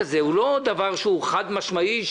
לא חד-משמעי,